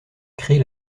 crée